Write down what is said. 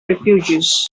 refugees